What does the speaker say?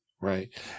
Right